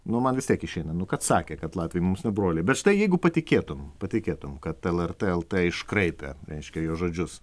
nu man vis tiek išeina nu kad sakė kad latviai mums ne broliai bet štai jeigu patikėtum patikėtum kad lrt lt iškraipė reiškia jo žodžius